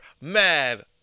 Mad